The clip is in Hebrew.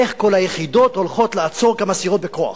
איך כל היחידות הולכות לעצור כמה סירות בכוח.